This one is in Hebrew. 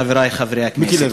חברי חברי הכנסת,